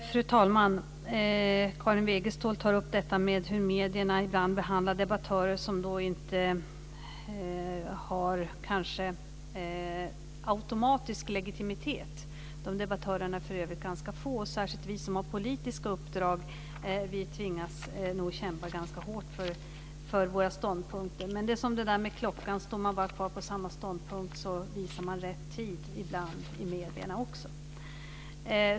Fru talman! Karin Wegestål tar upp hur medierna ibland behandlar debattörer som kanske inte har automatisk legitimitet. De debattörerna är för övrigt ganska få, och särskilt vi som har politiska uppdrag tvingas nog kämpa ganska hårt för våra ståndpunkter. Men det är som med klockan. Står man bara kvar på samma ståndpunkt visar man rätt tid ibland också i medierna.